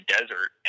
Desert